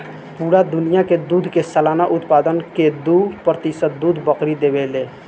पूरा दुनिया के दूध के सालाना उत्पादन के दू प्रतिशत दूध बकरी देवे ले